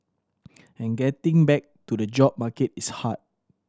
and getting back to the job market is hard